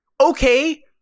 okay